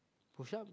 push up